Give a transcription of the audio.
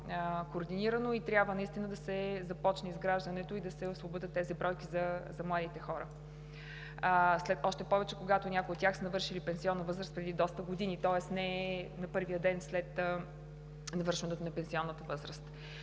по-координирано, трябва да се започне изграждането и да се освободят тези бройки за младите хора, още повече когато някои от тях са навършили пенсионна възраст преди доста години, тоест не е на първия ден след навършването на пенсионната им възраст.